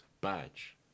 badge